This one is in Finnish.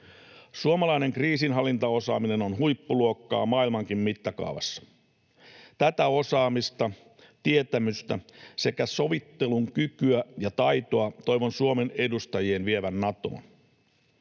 Suomalainen kriisinhallintaosaaminen on huippuluokkaa maailmankin mittakaavassa. Tätä osaamista, tietämystä sekä sovittelun kykyä ja taitoa toivon Suomen edustajien vievän Natoon.